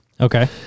Okay